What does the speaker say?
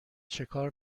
چکار